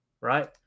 right